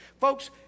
Folks